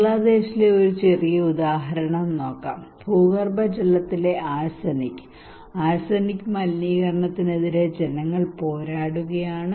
ബംഗ്ലാദേശിലെ ഒരു ചെറിയ ഉദാഹരണം നോക്കാം ഭൂഗർഭജലത്തിലെ ആർസെനിക് ആർസെനിക് മലിനീകരണത്തിനെതിരെ ജനങ്ങൾ പോരാടുകയാണ്